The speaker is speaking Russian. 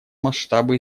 масштабы